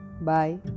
bye